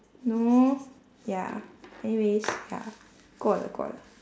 no ya anyways ya 过了过了